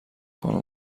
خانم